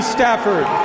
Stafford